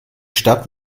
stadt